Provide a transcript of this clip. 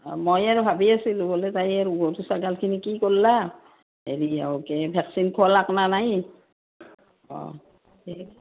অঁ মই আৰু ভাবি আছিলোঁ ব'লে তাই আৰু টো ছাগালখিনি কি কৰলা হেৰি আও ভেকচিন খুৱলাক না নাই অঁ ঠিক